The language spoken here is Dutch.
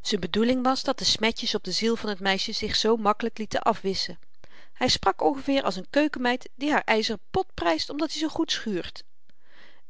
z'n bedoeling was dat de smetjes op de ziel van t meisje zich zoo makkelyk lieten afwisschen hy sprak ongeveer als n keukenmeid die haar yzeren pot pryst omdat i zoo goed schuurt